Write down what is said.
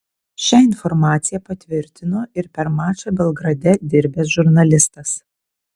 šią informacija patvirtino ir per mačą belgrade dirbęs žurnalistas